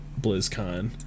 blizzcon